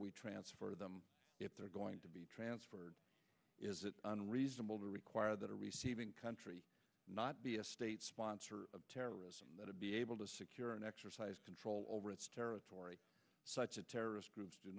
we transfer them if they're going to be transferred is it unreasonable to require that a receiving country not be a state sponsor of terrorism to be able to secure and exercise control over its territory such a terrorist groups do